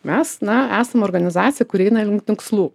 mes na esam organizacija kuri eina link tikslų